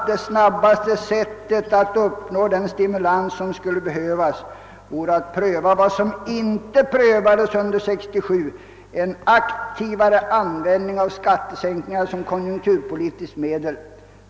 Det snabbaste sättet att uppnå den stimulans, som skulle behövas, är att pröva vad som inte prövades un der 1967, nämligen en aktivare användning av skattesänkningar som konjunkturpolitiskt medel.